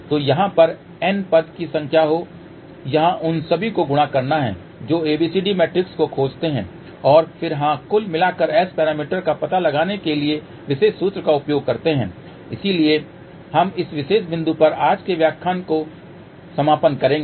तो यहाँ पर n पद की संख्या हो यहाँ उन सभी को गुणा करना हैं जो ABCD मैट्रिक्स को खोजते हैं और फिर हाँ कुल मिलाकर S पैरामीटर का पता लगाने के लिए विशेष सूत्र का उपयोग करते हैं इसलिए हम इस विशेष बिंदु पर आज के व्याख्यान का समापन करेंगे